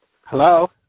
Hello